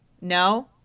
No